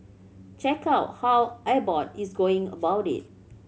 check out how Abbott is going about it